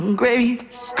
grace